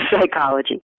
psychology